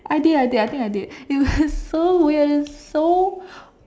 I did I did I think I did it was so weird and so